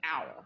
hour